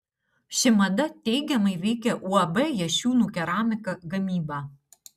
ši mada teigiamai veikia uab jašiūnų keramika gamybą